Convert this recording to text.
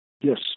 Yes